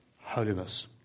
holiness